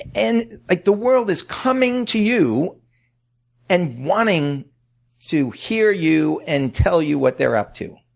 and like the world is coming to you and wanting to hear you and tell you what they're up to.